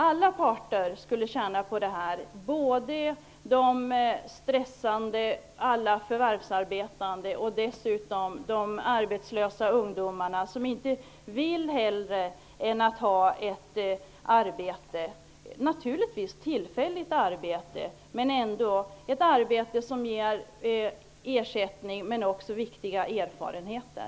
Alla parter skulle tjäna på det -- både alla de stressande förvärvsarbetande och de arbetslösa ungdomarna, som ingenting hellre vill än att ha ett arbete, även om det är tillfälligt. Det är ändå ett arbete som ger ersättning och även viktiga erfarenheter.